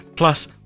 plus